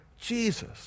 Jesus